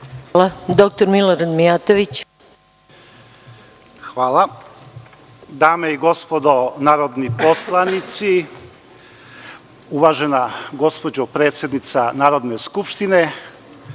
Izvolite. **Milorad Mijatović** Hvala. Dame i gospodo narodni poslanici, uvažena gospođo predsednice Narodne skupštine,